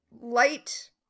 light